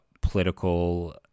political